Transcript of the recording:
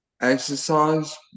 Exercise